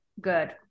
Good